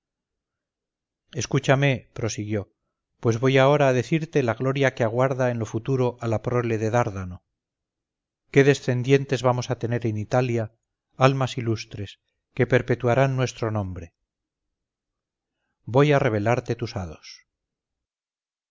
escúchame prosiguió pues voy ahora a decirte la gloria que aguarda en lo futuro a la prole de dárdano qué descendientes vamos a tener en italia almas ilustres que perpetuarán nuestro nombre voy a revelarte tus hados